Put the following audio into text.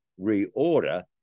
reorder